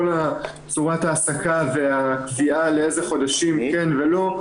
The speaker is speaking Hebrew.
כל צורת ההעסקה והקביעה לאיזה חודשים כן ולא,